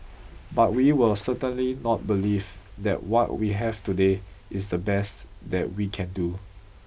but we will certainly not believe that what we have today is the best that we can do